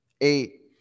eight